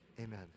amen